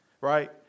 right